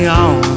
on